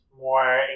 more